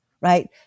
right